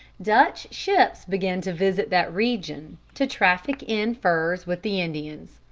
dutch ships began to visit that region, to traffic in furs with the indians.